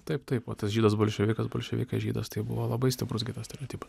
taip taip va tas žydas bolševikas bolševikas žydas tai buvo labai stiprus gyvas stereotipas